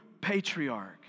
patriarch